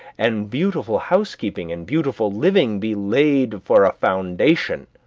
and beautiful housekeeping and beautiful living be laid for a foundation